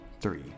Three